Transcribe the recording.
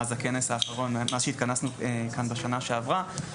מאז שהתכנסנו כאן בשנה שעברה.